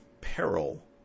peril